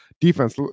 defense